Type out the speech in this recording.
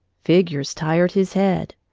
figures tired his head.